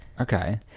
Okay